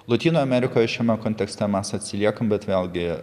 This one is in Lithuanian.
lotynų amerikoje šiame kontekste mes atsiliekam bet vėlgi